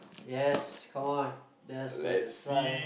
yes come on there's a sigh